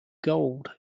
gold